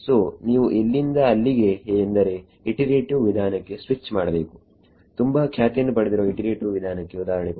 ಸೋನೀವು ಇಲ್ಲಿಂದ ಅಲ್ಲಿಗೆ ಎಂದರೆ ಇಟಿರೇಟಿವ್ ವಿಧಾನಕ್ಕೆ ಸ್ವಿಚ್ ಮಾಡಬೇಕುತುಂಬಾ ಖ್ಯಾತಿಯನ್ನು ಪಡೆದಿರುವ ಇಟಿರೇಟಿವ್ ವಿಧಾನಕ್ಕೆ ಉದಾಹರಣೆ ಕೊಡಿ